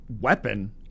weapon